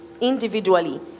individually